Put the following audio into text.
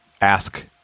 ask